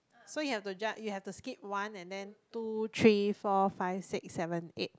so you have to ju~ you have to skip one and then two three four five six seven eight